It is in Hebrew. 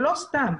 ולא סתם.